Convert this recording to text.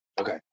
okay